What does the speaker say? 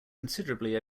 considerably